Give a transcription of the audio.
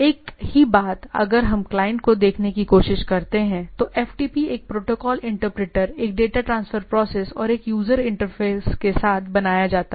एक ही बात अगर हम क्लाइंट को देखने की कोशिश करते हैं तो FTP एक प्रोटोकॉल इंटरप्रेटर एक डेटा ट्रांसफर प्रोसेस और एक यूजर इंटरफेस के साथ बनाया जाता है